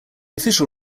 official